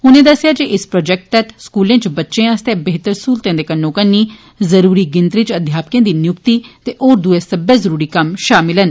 उनें द्स्सेया जे इस प्रोजैक्ट तैहत स्कूलें च बच्चे आस्तै बेहतर स्हलतें दे कन्नो कन्नी जरुरी गिनतरी च अध्यापकें दी निय्क्ति ते होर दूए सब्बै जरुरी कम्म शामल न